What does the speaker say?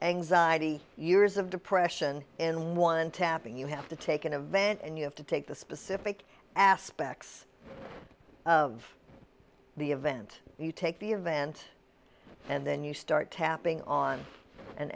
anxiety years of depression in one tapping you have to take an event and you have to take the specific aspects of the event you take the event and then you start tapping on an